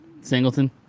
Singleton